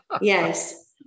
Yes